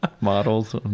models